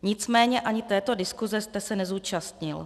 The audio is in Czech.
Nicméně ani této diskuse jste se nezúčastnil.